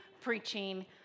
preaching